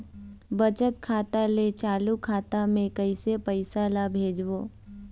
बचत खाता ले चालू खाता मे कैसे पैसा ला भेजबो?